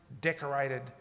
decorated